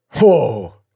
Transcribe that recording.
Whoa